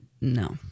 no